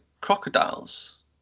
crocodiles